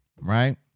right